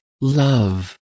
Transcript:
love